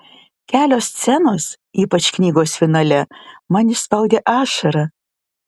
kelios scenos ypač knygos finale man išspaudė ašarą